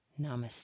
Namaste